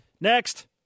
Next